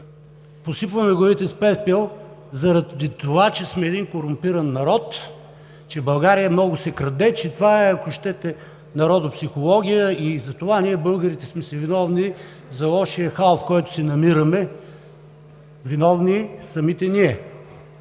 си посипваме главите с пепел заради това, че сме един корумпиран народ, че в България много се краде, че това е, ако щете, народопсихология и затова ние, българите, сме си виновни за лошия хал, в който се намираме, виновни самите ние.